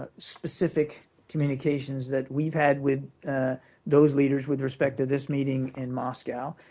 specific communications that we've had with those leaders with respect to this meeting in moscow.